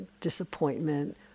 disappointment